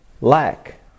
lack